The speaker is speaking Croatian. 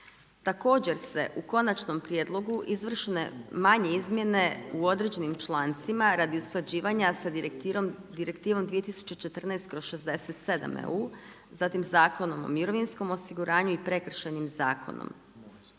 Također se u konačnom prijedlogu, izvršene manje izmjene u određenim člancima radi usklađivanja sa Direktivom 2014/67 Eu, zatim Zakonom o mirovinskom osiguranju i Prekršajnim zakonom.